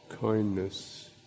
kindness